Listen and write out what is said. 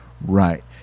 right